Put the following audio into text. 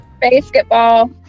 Basketball